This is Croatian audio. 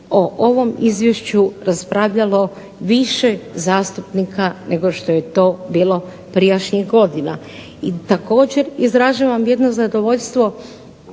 o ovom izvješću raspravljalo više zastupnika nego što je to bilo prijašnjih godina i također izražavam jedno zadovoljstvo